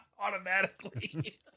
automatically